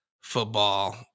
football